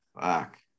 Fuck